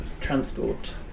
transport